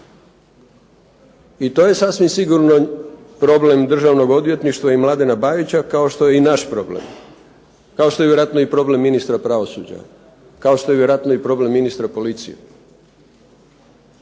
i to je sasvim sigurno problem Državnog odvjetništva i Mladena Bajića kao što je i nas problem, kao što je vjerojatno i problem ministar pravosuđa, kao što je vjerojatno i problem ministra policije.